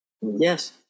Yes